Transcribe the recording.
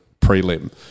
prelim